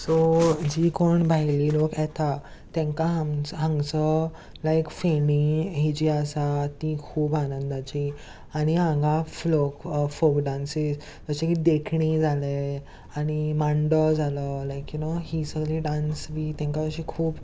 so जी कोण भायली लोक येता तेंकां हांग हांगचो लायक फेणी ही जी आसा ती खूब आनंदाची आनी हांगा फ्लोक फोक डांसीस जशें की देखणी जाले आनी मांडो जालो लायक यु नो ही सगळी डांस बी तेंकां अशी खूब